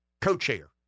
co-chair